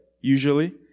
Usually